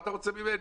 מה אתה רוצה ממני?